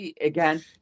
again